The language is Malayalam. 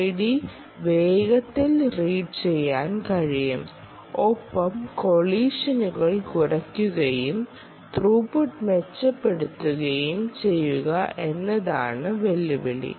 RFID വേഗത്തിൽ റീഡ് ചെയ്യാൻ കഴിയും ഒപ്പം കൊളിഷനുകൾ കുറയ്ക്കുകയും ത്രൂപുട്ട് മെച്ചപ്പെടുത്തുകയും ചെയ്യുക എന്നതാണ് വെല്ലുവിളി